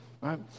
right